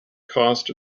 cost